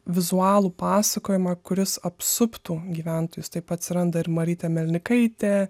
vizualų pasakojimą kuris apsuptų gyventojus taip atsiranda ir marytė melnikaitė